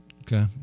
Okay